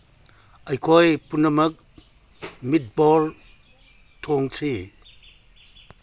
ꯑꯩꯈꯣꯏ ꯄꯨꯝꯅꯃꯛ ꯃꯤꯠꯕꯣꯜ ꯊꯣꯡꯁꯤ